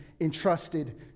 entrusted